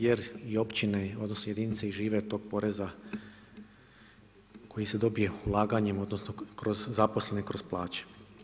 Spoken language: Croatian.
Jer i općine odnosno jedinice i žive od tog poreza koji se dobije ulaganjem, odnosno kroz zaposlene, kroz plaće.